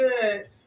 good